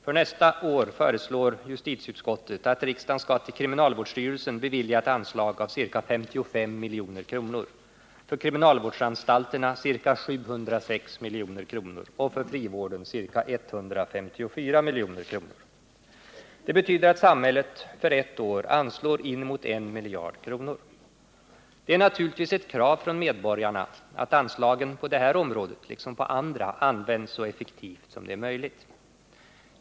För nästa år föreslår justitieutskottet att riksdagen skall bevilja för kriminalvårdsstyrelsen ett anslag på ca 55 milj.kr., för kriminalvårdsanstalterna ca 706 milj.kr. och för frivården ca 154 milj.kr. Det betyder att samhället för ett år anslår inemot en miljard kronor. Det är naturligtvis ett krav från medborgarna att anslagen på detta område liksom på andra områden används så effektivt som möjligt.